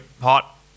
Hot